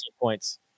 points